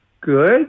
good